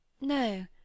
No